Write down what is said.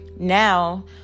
Now